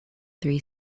three